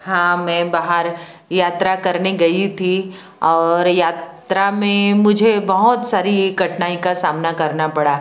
हाँ मैं बाहर यात्रा करने गई थी और यात्रा में मुझे बहुत सारी कठिनाई का सामना करना पड़ा